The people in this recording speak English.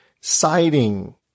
siding